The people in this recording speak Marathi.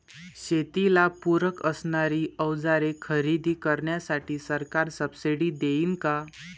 शेतीला पूरक असणारी अवजारे खरेदी करण्यासाठी सरकार सब्सिडी देईन का?